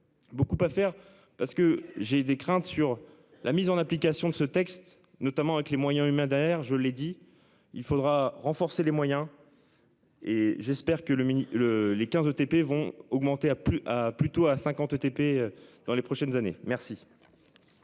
Beaucoup à faire parce que j'ai des craintes sur la mise en application de ce texte notamment avec les moyens humains air je l'ai dit, il faudra renforcer les moyens. Et j'espère que le midi le les 15 TP vont augmenter a plu à plutôt à 50 ETP dans les prochaines années. Merci.